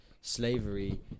slavery